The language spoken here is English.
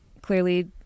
clearly